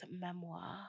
memoir